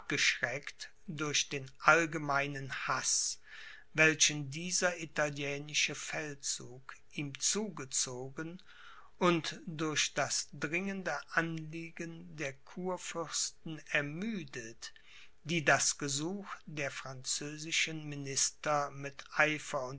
abgeschreckt durch den allgemeinen haß welchen dieser italienische feldzug ihm zugezogen und durch das dringende anliegen der kurfürsten ermüdet die das gesuch der französischen minister mit eifer